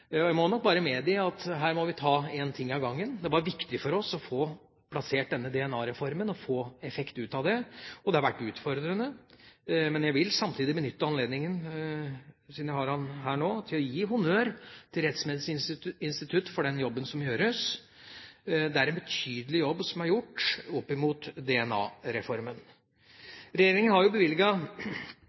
Jeg må nok bare medgi at her må vi ta en ting av gangen. Det var viktig for oss å få på plass DNA-reformen og få effekt ut av den. Det har vært utfordrende. Jeg vil samtidig benytte anledningen, siden jeg har den her nå, til å gi honnør til Rettsmedisinsk institutt for den jobben som gjøres. Det er en betydelig jobb som er gjort opp mot DNA-reformen. Regjeringa har